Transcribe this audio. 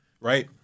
right